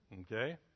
Okay